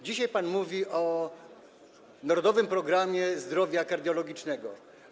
Dzisiaj mówi pan o narodowym programie zdrowia kardiologicznego.